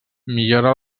millora